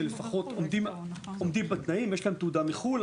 עומדים בתנאים ויש להם תעודה מחו"ל.